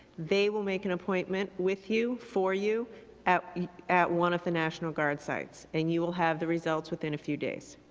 they will make an appointment with you for you at at one of the national guard site, and you will have the results within a few days.